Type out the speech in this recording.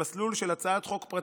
למסלול של הצעת חוק פרטית,